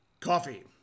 Coffee